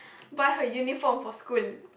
buy her uniform for school